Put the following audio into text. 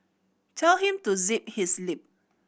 tell him to zip his lip